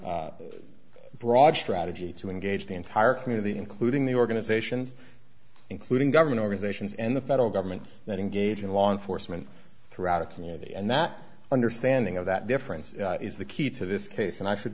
broad strategy to engage the entire community including the organizations including government organizations and the federal government that engage in law enforcement throughout a community and that understanding of that difference is the key to this case and i should